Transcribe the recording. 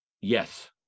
Yes